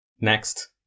Next